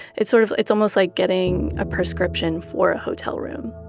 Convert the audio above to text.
it's sort of it's almost like getting a prescription for a hotel room